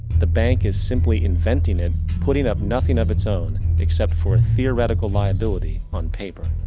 the bank is simply inventing it, putting up nothing of it's own, except for a theoratical liability on paper.